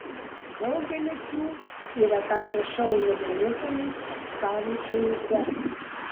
daugelis jų yra tapę šou nugalėtojais savo šalyse